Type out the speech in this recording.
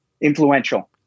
Influential